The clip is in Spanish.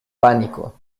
pánico